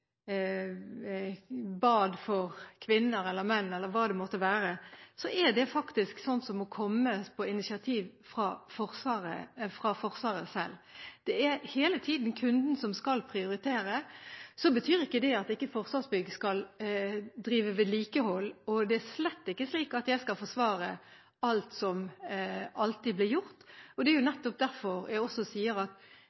menn eller hva det måtte være, faktisk må komme fra Forsvaret selv. Det er hele tiden kunden som skal prioritere. Så betyr ikke det at Forsvarsbygg ikke skal drive vedlikehold. Det er slett ikke slik at jeg skal forsvare alt som alltid blir gjort, og det er